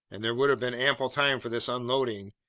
and there would have been ample time for this unloading,